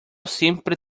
siempre